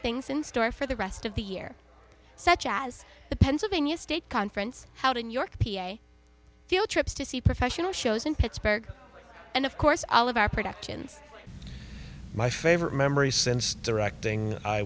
things in store for the rest of the year such as the pennsylvania state conference how to new york p a field trips to see professional shows in pittsburgh and of course all of our productions my favorite memory since directing i